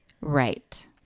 Right